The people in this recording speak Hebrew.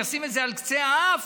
ישים אותם על קצה האף,